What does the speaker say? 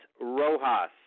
Rojas